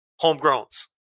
homegrowns